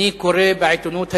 אני קורא בעיתונות הישראלית,